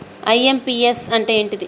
IMPS అంటే ఏంటిది?